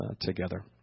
together